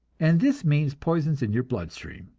and this means poisons in your blood-stream.